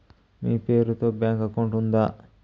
మీ పేరు తో bank account ఉందా?